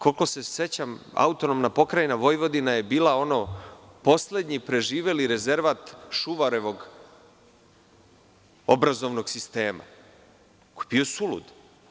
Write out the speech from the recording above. Koliko se sećam, AP Vojvodina je bila ono poslednji preživeli rezervat Šuvarevog obrazovnog sistema, koji je bio sulud.